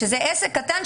שזה עסק קטן,